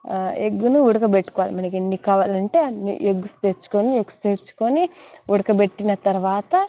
ఎగ్గును ఉడకబెట్టుకోవాలి మనకెన్ని కావాలంటే అన్ని ఎగ్స్ తెచ్చుకొని ఎగ్స్ తెచ్చుకొని ఉడకబెట్టిన తరువాత